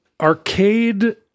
Arcade